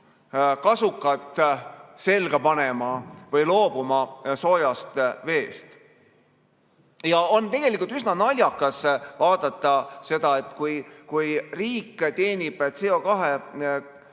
kasukat selga panema või loobuma soojast veest. On tegelikult üsna naljakas vaadata seda, et kui riik teenib